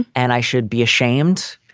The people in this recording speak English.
and i should be ashamed.